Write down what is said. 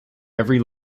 every